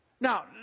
Now